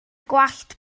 gwallt